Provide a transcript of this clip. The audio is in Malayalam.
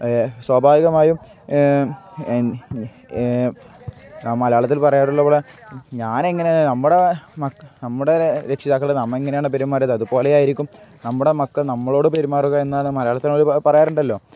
സ്വാഭാവികമായും മലയാളത്തിൽ പറയാറുള്ള പോലെ ഞാൻ അങ്ങനെ നമ്മുടെ മക്കൾ നമ്മുടെ രക്ഷിതാക്കൾ നാം എങ്ങനെയാണ് പെരുമാറിയത് അതുപോലെയായിരിക്കും നമ്മുടെ മക്കൾ നമ്മളോട് പെരുമാറുക എന്നാണ് മലയാളത്തിൽ പറയാറുണ്ടല്ലോ